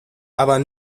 aber